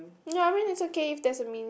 ya I mean it's okay if there's a mean